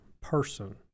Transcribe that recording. person